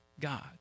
God